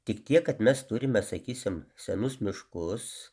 tik tiek kad mes turime sakysim senus miškus